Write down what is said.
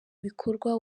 bikorwa